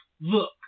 Look